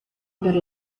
per